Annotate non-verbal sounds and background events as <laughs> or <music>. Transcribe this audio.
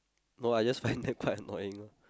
no lah I just find <laughs> them quite annoying lah